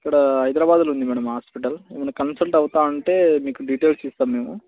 ఇక్కడ హైదరాబాదులో ఉంది మ్యాడమ్ హాస్పిటల్ ఏమన్న కన్సల్ట్ అవుతాను అంటే మీకు డీటెయిల్స్ ఇస్తాం మేము